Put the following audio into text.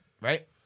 right